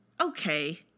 Okay